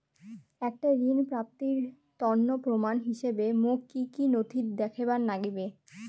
একটা ঋণ প্রাপ্তির তন্ন প্রমাণ হিসাবে মোক কী কী নথি দেখেবার নাগিবে?